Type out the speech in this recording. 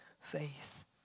faith